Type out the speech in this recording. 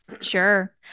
sure